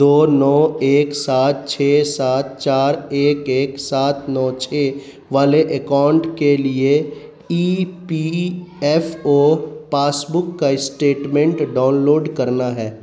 دو نو ایک سات چھ سات چار ایک ایک سات نو چھ والے اکاؤنٹ کے لیے E P F O passbook کا اسٹیٹمنٹ ڈاؤن لوڈ کرنا ہے